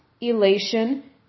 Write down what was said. elation